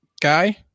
guy